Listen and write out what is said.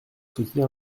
soutenir